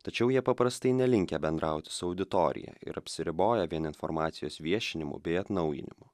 tačiau jie paprastai nelinkę bendrauti su auditorija ir apsiriboja vien informacijos viešinimu bei atnaujinimu